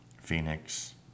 Phoenix